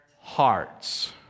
hearts